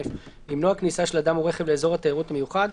(א)למנוע כניסה של אדם או רכב לאזור התיירות המיוחד,